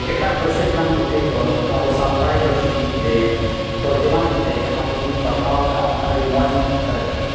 ᱮᱴᱟᱜ ᱯᱟᱹᱨᱥᱤ ᱨᱮᱱᱟᱜ ᱯᱩᱛᱷᱤᱠᱚ ᱟᱵᱚ ᱥᱟᱱᱛᱟᱲᱤ ᱯᱟᱹᱨᱥᱤᱛᱮ ᱛᱚᱨᱡᱚᱢᱟ ᱠᱟᱛᱮᱫ ᱡᱟᱦᱟᱸ ᱯᱩᱛᱷᱤᱧ ᱯᱟᱲᱦᱟᱣ ᱟᱠᱟᱫᱼᱟ ᱚᱱᱟ ᱟᱹᱰᱤ ᱢᱚᱡᱽᱤᱧ ᱟᱴᱠᱟᱨ ᱟᱠᱟᱫᱟ